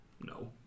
No